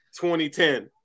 2010